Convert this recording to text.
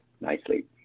nicely